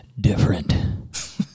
different